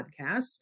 Podcasts